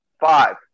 Five